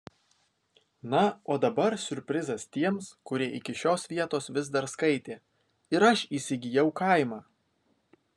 na o dabar siurprizas tiems kurie iki šios vietos vis dar skaitė ir aš įsigijau kaimą